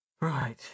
Right